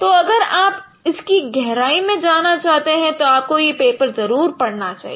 तो अगर आप इसकी गहराई में जाना चाहते हैं तो आपको यह पेपर जरूर पढ़ना चाहिए